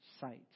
sight